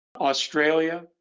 Australia